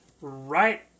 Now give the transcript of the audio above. right